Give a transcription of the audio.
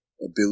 ability